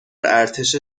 ارتش